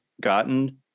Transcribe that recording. gotten